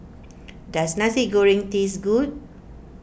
does Nasi Goreng taste good